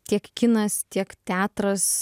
tiek kinas tiek teatras